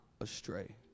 astray